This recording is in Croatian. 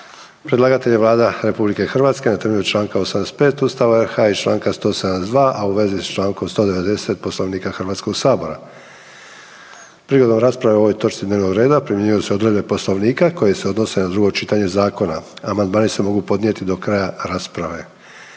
Predlagatelj je Vlada RH na temelju čl. 85. Ustava RH i čl. 172., a u vezi s čl. 190. Poslovnika HS-a. Prigodom rasprave o ovoj točci dnevnog reda primjenjuju se odredbe Poslovnika koje se odnose na drugo čitanje zakona. Amandmani se mogu podnijeti do kraja rasprave.